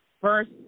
first